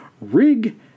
rig